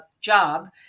job